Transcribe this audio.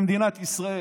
במדינת ישראל.